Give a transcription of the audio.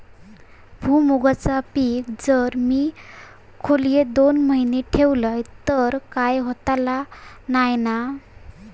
भुईमूगाचा पीक जर मी खोलेत दोन महिने ठेवलंय तर काय होतला नाय ना?